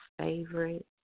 favorite